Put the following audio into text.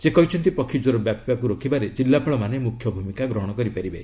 ସେ କହିଛନ୍ତି ପକ୍ଷୀ ଜ୍ୱର ବ୍ୟାପିବାକୁ ରୋକିବାରେ ଜିଲ୍ଲାପାଳମାନେ ମୁଖ୍ୟ ଭୂମିକା ଗ୍ରହଣ କରିପାରିବେ